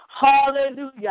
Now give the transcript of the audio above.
Hallelujah